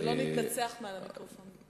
ולא נתנצח דרך המיקרופון בעת הזאת.